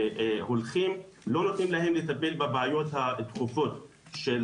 ולא נותנים להם לטפל בבעיות הדחופות של